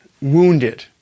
wounded